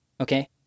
Okay